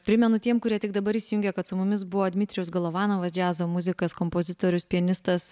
primenu tiem kurie tik dabar įsijungė kad su mumis buvo dmitrijus galavanovas džiazo muzikas kompozitorius pianistas